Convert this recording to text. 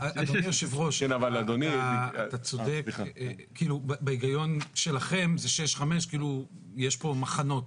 6:0. בהיגיון שלכם זה 6:5, כאילו יש פה מחנות.